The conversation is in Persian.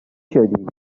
شدین